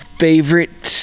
favorite